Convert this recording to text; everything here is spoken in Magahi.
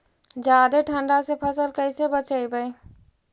जादे ठंडा से फसल कैसे बचइबै?